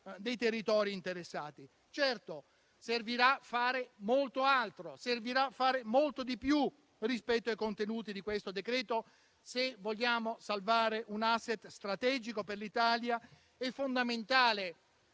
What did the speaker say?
dei territori interessati. Certo, servirà fare molto altro, servirà fare molto di più rispetto ai contenuti di questo decreto-legge se vogliamo salvare un *asset* strategico per l'Italia e fondamentale